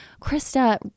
Krista